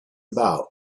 about